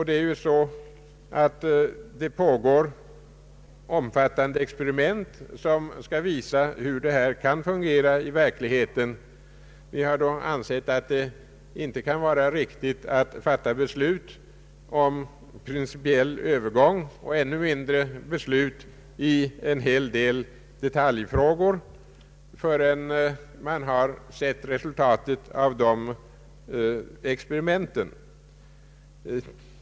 Det pågår omfattande experiment som skall visa hur detta kan fungera i verkligheten. Vi har då ansett att det inte kan vara riktigt att fatta beslut om en principiell övergång och ännu mindre beslut i en hel del detaljfrågor förrän man har sett resultatet av dessa experiment.